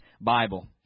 Bible